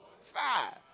five